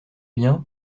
bien